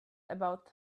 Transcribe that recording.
about